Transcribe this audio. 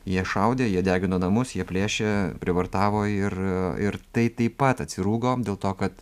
jie šaudė jie degino namus jie plėšė prievartavo ir ir tai taip pat atsirūgo dėl to kad